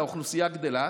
האוכלוסייה גדלה,